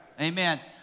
Amen